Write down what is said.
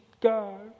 God